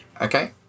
Okay